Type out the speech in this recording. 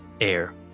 air